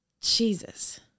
Jesus